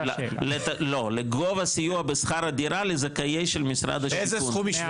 לא, לגובה סיוע בשכר הדירה לזכאים של משרד השיכון.